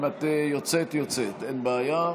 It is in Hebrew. אם את יוצאת, יוצאת, אין בעיה.